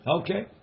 Okay